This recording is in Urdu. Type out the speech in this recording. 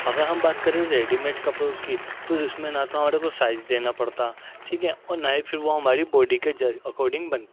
اگر ہم بات کریں ریڈی میڈ کپڑوں کی تو اس میں نہ تو ہمارے کو سائز دینا پڑتا ٹھیک ہے اور نہ ہی پھر وہ ہماری بوڈی کے اکورڈنگ بنتے ہیں